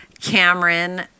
Cameron